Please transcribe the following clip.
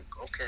Okay